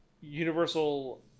universal